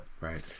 Right